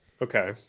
Okay